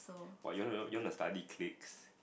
what you want you want to study cliques